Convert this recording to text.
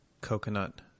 Coconut